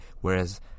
whereas